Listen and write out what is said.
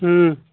ହୁଁ